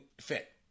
fit